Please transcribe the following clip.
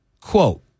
quote